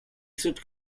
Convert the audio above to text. south